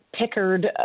pickard